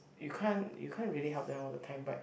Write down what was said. you can't you can't really help them all the time but